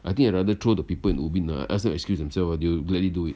I think I rather throw the people in ubin uh ask them excuse themself they will gladly do it